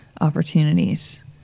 opportunities